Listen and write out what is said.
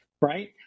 right